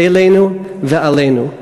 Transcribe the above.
אלינו ועלינו.